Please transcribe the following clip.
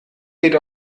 geht